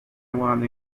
one